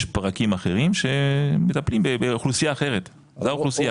יש פרקים אחרים שמטפלים באוכלוסייה אחרת זה האוכלוסייה.